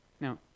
Now